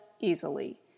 easily